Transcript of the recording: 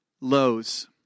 lows